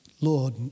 Lord